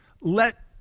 let